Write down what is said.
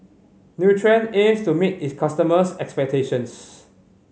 Nutren aims to meet its customers' expectations